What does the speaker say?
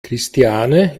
christiane